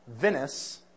Venice